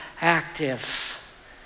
active